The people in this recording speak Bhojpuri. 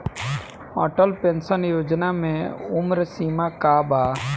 अटल पेंशन योजना मे उम्र सीमा का बा?